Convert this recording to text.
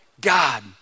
God